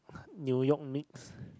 New York Knicks